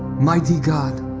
mighty god,